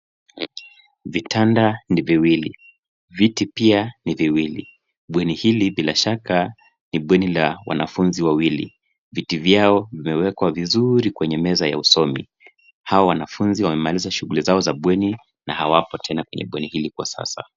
Vitanda ni viwili. Viti pia ni viwili. Bweni hili bila shaka ni bweni la wanafunzi wawili. Viti vyao vimewekwa vizuri kwenye meza ya usomi. Hawa wanafunzi wamemaliza shughuli zao za bweni na hawapo tena kwenye bweni hili kwa sasa.